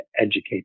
educate